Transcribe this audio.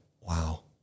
wow